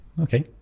Okay